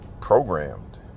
programmed